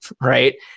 right